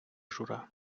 жура